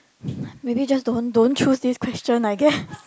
maybe just don't don't choose this question I guess